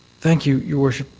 thank you, your worship.